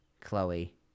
Chloe